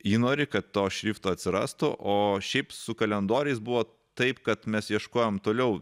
ji nori kad to šrifto atsirastų o šiaip su kalendoriais buvo taip kad mes ieškojom toliau